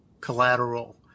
collateral